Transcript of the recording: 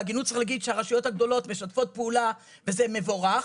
בהגינות צריך להגיד שהרשויות הגדולות משתפות פעולה וזה מבורך.